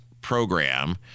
program